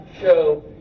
show